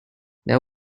there